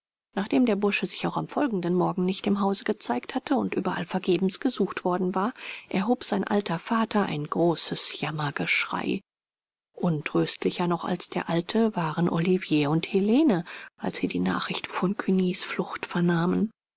nachdem der bursche sich auch am folgenden morgen nicht im hause gezeigt hatte und überall vergebens gesucht worden war erhob sein alter vater ein großes jammergeschrei untröstlicher noch als der alte waren olivier und helene als sie die nachricht von cugnys flucht vernahmen